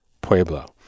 Pueblo